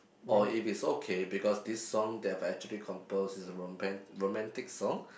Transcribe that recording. oh if it's okay because this song that I actually composed is a romantic song